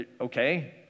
okay